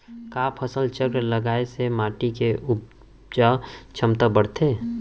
का फसल चक्र लगाय से माटी के उपजाऊ क्षमता बढ़थे?